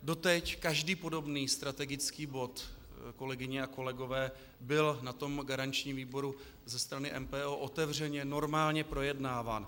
Doteď každý podobný strategický bod, kolegyně a kolegové, byl na garančním výboru ze strany MPO otevřeně, normálně projednáván.